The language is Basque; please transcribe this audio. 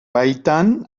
baitan